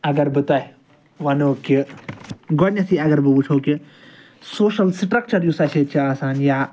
اَگر بہٕ تۄہہِ وَنہو کہِ گۄڈٕنیٚتھٕے اَگر بہٕ وُچھُو کہِ سوشَل سِٹرَکچَر یُس اسہِ ییٚتہِ چھُ آسان یا